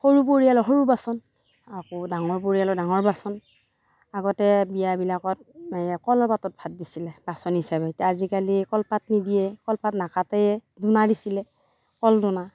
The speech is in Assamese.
সৰু পৰিয়ালৰ সৰু বাচন আকৌ ডাঙৰ পৰিয়ালৰ ডাঙৰ বাচন আগতে বিয়া বিলাকত কলৰ পাতত ভাত দিছিলে বাচন হিচাপে এতিয়া আজিকালি কলপাত নিদিয়ে কলপাত নাকাটেই ডোনা দিছিলে কল ডোনা